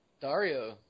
Dario